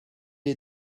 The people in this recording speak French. est